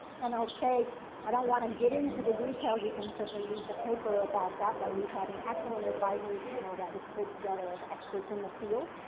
and i'll say i don't want to get into the details. you can certainly read the paper about that. but we had an excellent advisory panel that was pulled together of experts in the field,